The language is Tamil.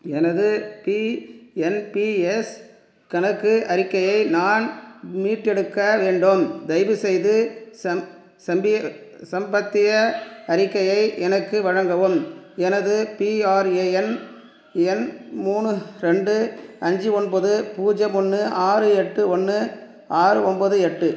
எனது பி என் பி எஸ் கணக்கு அறிக்கையை நான் மீட்டெடுக்க வேண்டும் தயவுசெய்து சம் சம்பிய சமீபத்திய அறிக்கையை எனக்கு வழங்கவும் எனது பிஆர்ஏஎன் எண் மூணு ரெண்டு அஞ்சு ஒன்பது பூஜ்ஜியம் ஒன்று ஆறு எட்டு ஒன்று ஆறு ஒம்போது எட்டு